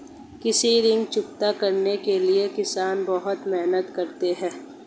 कृषि ऋण चुकता करने के लिए किसान बहुत मेहनत करते हैं